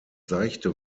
seichte